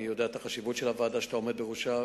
אני יודע את החשיבות של הוועדה שאתה עומד בראשה,